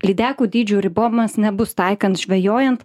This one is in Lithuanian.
lydekų dydžių ribojimas nebus taikant žvejojant